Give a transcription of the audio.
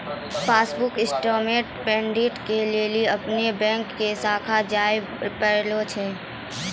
passbook statement printing के लेली अपनो बैंको के शाखा जाबे परै छै